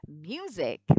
music